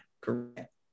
correct